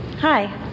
Hi